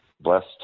blessed